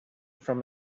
from